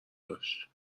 داشت